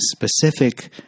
specific